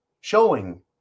showing